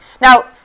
Now